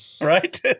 right